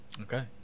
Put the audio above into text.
Okay